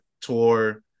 tour